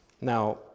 Now